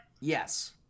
yes